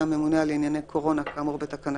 ממונה על ענייני קורונה כאמור בתקנה